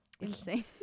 insane